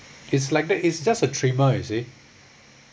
it's like that it's just a trimmer you see